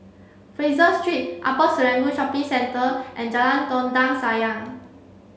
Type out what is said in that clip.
Fraser Street Upper Serangoon Shopping Centre and Jalan Dondang Sayang